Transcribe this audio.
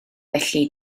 felly